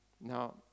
Now